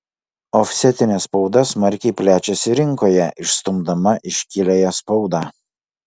ofsetinė spauda smarkiai plečiasi rinkoje išstumdama iškiliąją spaudą